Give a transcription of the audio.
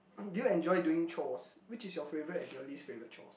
do you enjoy doing chores which is your favorite and your least favorite chores